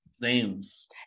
names